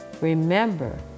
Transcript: remember